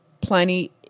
plenty